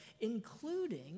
including